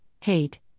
hate